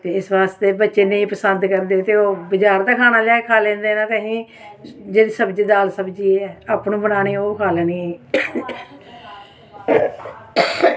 ते इस बास्तै बच्चे पसंद निं करदे ते ओह् बजार दा खाना पसंद करदे ते असी जेह्ड़ी दाल सब्जी अपने लेई बनानी ते ओह् खाई लैनी